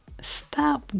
stop